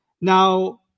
Now